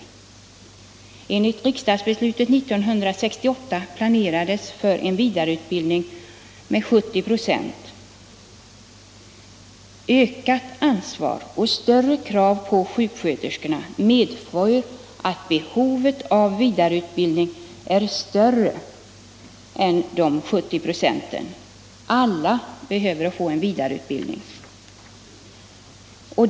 Enligt riks Allmänpolitisk debatt Allmänpolitisk debatt dagsbeslut 1968 planerades för en vidareutbildning med 70 96. Ökat ansvar och större krav på sjuksköterskorna medför att behovet av vidareutbildning är större än dessa 70 ".. Alla behöver få en vidareutbildning.